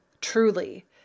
truly